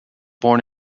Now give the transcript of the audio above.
born